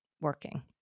working